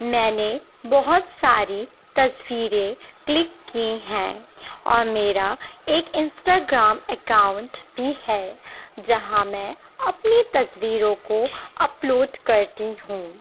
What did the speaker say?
میں نے بہت ساری تصویریں کلک کی ہیں اور میرا ایک انسٹاگرام اکاؤنٹ بھی ہے جہاں میں اپنی تصویروں کو اپلوڈ کرتی ہوں